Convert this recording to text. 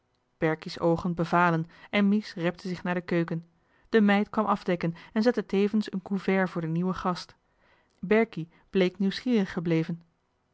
zorgen berkie's oogen bevalen en mies repte zich naar de keuken de meid kwam afdekken en zette tevens een couvert voor den nieuwen gast berkie bleek nieuwsgierig gebleven